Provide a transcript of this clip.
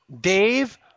Dave